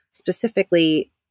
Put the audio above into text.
specifically